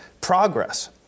progress